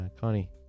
connie